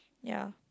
ya